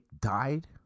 died